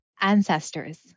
ancestors